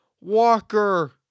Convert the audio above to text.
Walker